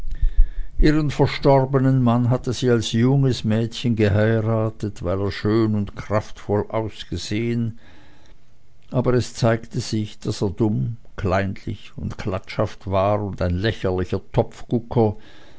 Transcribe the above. ihren verstorbenen mann hatte sie als junges mädchen geheiratet weil er schön und kraftvoll ausgesehen aber es zeigte sich daß er dumm kleinlich und klatschhaft war und ein lächerlicher